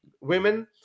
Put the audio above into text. women